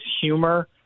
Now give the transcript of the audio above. humor